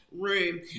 Room